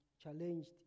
challenged